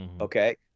Okay